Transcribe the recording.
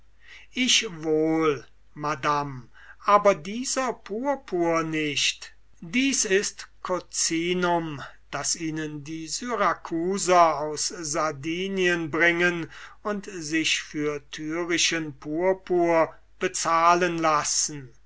ich wohl madame aber dieser purpur nicht dies ist coccinum das ihnen die syrakusaner aus sardinien bringen und für tyrischen purpur bezahlen lassen